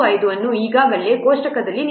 95 ಅನ್ನು ಈಗಾಗಲೇ ಕೋಷ್ಟಕದಲ್ಲಿ ನೀಡಲಾಗಿದೆ